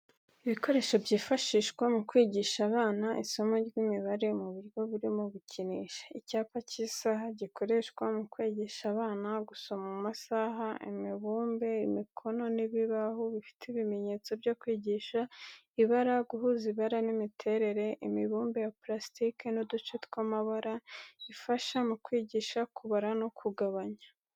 Ibikoresho byifashishwa mu kwigisha abana isomo ry’imibare mu buryo burimo gukinisha. Icyapa cy'isaha gikoreshwa mu kwigisha abana gusoma amasaha, imibumbe, imikono n’ibibaho, bifite ibimenyetso byo kwigisha ibara, guhuza ibara n’imiterere imibumbe ya parasitike n’uduce tw'amabara, ifasha mu kwigisha kubara no kugabanya.